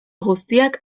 guztiak